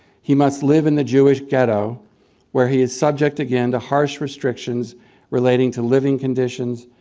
he must live in the jewish ghetto where he is subject again to harsh restrictions relating to living conditions,